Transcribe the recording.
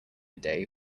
day